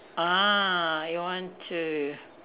ah you want to